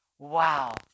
Wow